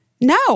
No